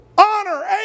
Honor